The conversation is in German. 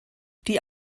die